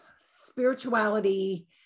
spirituality